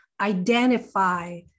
identify